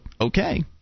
okay